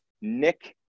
Nick